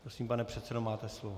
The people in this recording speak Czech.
Prosím, pane předsedo, máte slovo.